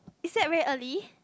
is that very early